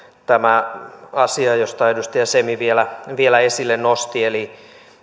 tämä asia jonka edustaja semi vielä vielä esille nosti eli